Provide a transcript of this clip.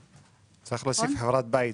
צריך להוסיף חברת בית.